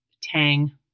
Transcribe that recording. tang